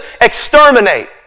exterminate